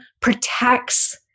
protects